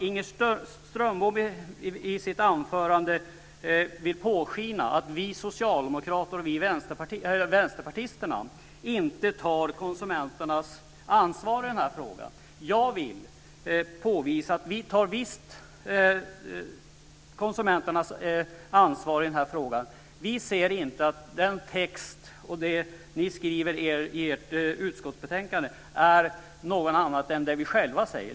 Inger Strömbom vill i sitt anförande påskina att vi socialdemokrater och vänsterpartisterna inte tar ansvar för konsumenterna i den här frågan. Jag vill hävda att vi visst tar ansvar för konsumenterna. Vi ser inte att den text ni skriver i utskottsbetänkandet är något annat än det vi själva säger.